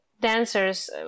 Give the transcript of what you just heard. dancers